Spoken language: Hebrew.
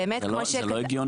זה לא הגיוני.